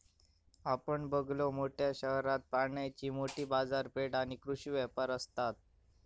आपण बघलव, मोठ्या शहरात प्राण्यांची मोठी बाजारपेठ आणि कृषी व्यापार असता